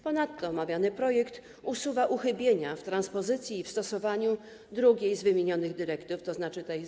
Ponadto omawiany projekt usuwa uchybienia w transpozycji i w stosowaniu drugiej z wymienionych dyrektyw, tzn. 2002/49/WE.